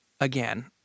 again